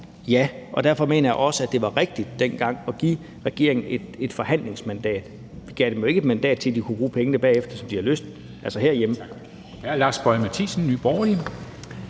til, og derfor mener jeg også, at det var rigtigt dengang at give regeringen et forhandlingsmandat. Vi gav dem jo ikke mandat til, at de kunne bruge pengene bagefter herhjemme, som de havde lyst til. Kl. 15:47 Formanden : Hr. Lars Boje Mathiesen, Nye